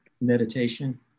meditation